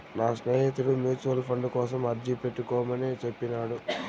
నా స్నేహితుడు mutual fund కోసం అర్జీ పెట్టుకోమని చెప్పినాడు